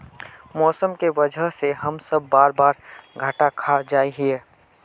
मौसम के वजह से हम सब बार बार घटा खा जाए हीये?